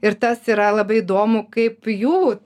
ir tas yra labai įdomu kaip jų